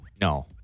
No